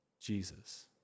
Jesus